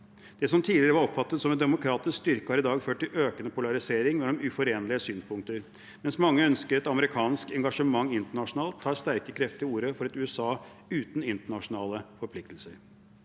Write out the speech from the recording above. Det som tidligere var oppfattet som en demokratisk styrke, har i dag ført til økende polarisering mellom uforenlige synspunkter. Mens mange ønsker et amerikansk engasjement internasjonalt, tar sterke krefter til orde for et USA uten internasjonale forpliktelser.